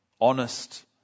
honest